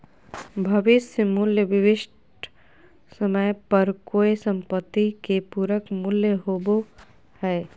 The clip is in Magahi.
भविष्य मूल्य विशिष्ट समय पर कोय सम्पत्ति के पूरक मूल्य होबो हय